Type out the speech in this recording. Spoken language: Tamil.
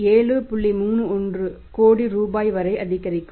31 கோடி ரூபாய் வரை அதிகரிக்கும்